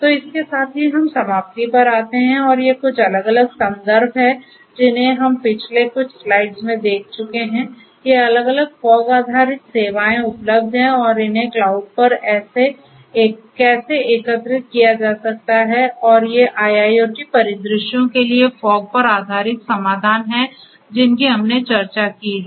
तो इसके साथ ही हम समाप्ति पर आते हैं और ये कुछ अलग अलग संदर्भ हैं जिन्हें हम पिछले कुछ स्लाइड्स में देख चुके हैं ये अलग अलग फॉग आधारित सेवाएं उपलब्ध हैं और इन्हें क्लाउड पर कैसे एकीकृत किया जा सकता है और ये IIoT परिदृश्यों के लिए फॉग पर आधारित समाधान हैं जिनकी हमने चर्चा की है